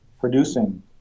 producing